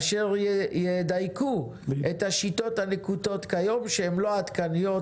אשר ידייקו את השיטות הנקוטות כיום שהן לא עדכניות,